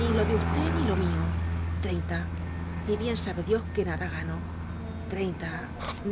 ni lo de usté ni lo mío treinta y bien sabe dios que nada gano treinta